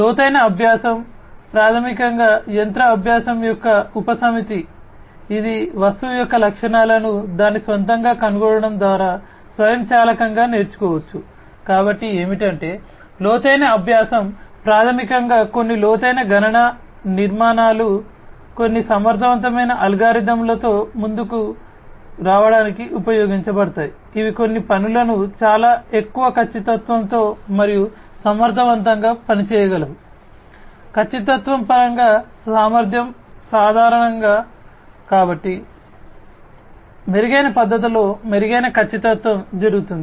లోతైన అభ్యాసం జరుగుతుంది లోతైన పనుల ద్వారా పనులు జరుగుతాయి